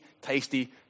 tasty